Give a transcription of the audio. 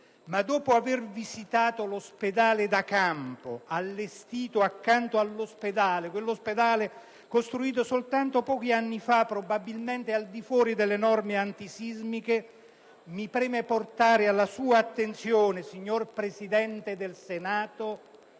Ma dopo aver visitato l'ospedale da campo, allestito accanto all'ospedale costruito soltanto pochi anni fa, probabilmente al di fuori delle normative antisismiche, mi preme portare alla sua attenzione, signor Presidente del Senato,